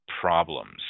problems